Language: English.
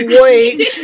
wait